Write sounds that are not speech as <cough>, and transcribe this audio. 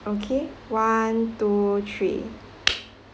okay one two three <noise>